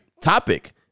topic